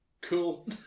Cool